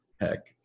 heck